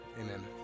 Amen